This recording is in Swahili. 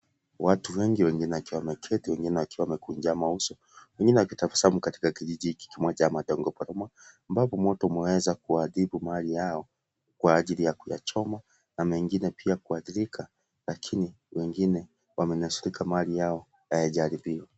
Watu wengi wengine wakiwa wameketi wengine wakikunjama uso ,wengine wakitapasamu katika kijji kimoja cha madongoporo ambapo moto umeweza kuaribu mali yao kwa ajili ya kujyachomwa na wengine pia kuadirika .lakini wengine wamenusurika mali yao hayajaaribiwa.